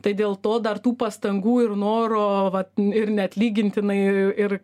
tai dėl to dar tų pastangų ir noro vat ir neatlygintinai ir